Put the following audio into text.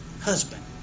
husband